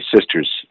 sister's